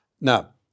Now